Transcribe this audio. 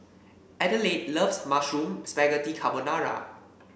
Adelaide loves Mushroom Spaghetti Carbonara